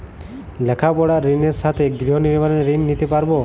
লেখাপড়ার ঋণের সাথে গৃহ নির্মাণের ঋণ নিতে পারব?